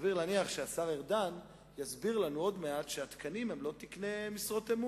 סביר להניח שהשר ארדן יסביר לנו עוד מעט שהתקנים הם לא תקני משרות אמון,